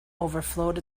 overflowed